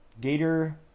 Gator